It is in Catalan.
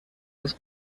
uns